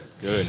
Good